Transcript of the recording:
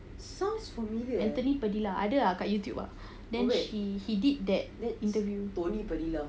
anthony padilla ada ah kat YouTube ah then he he did that the interview